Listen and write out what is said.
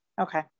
Okay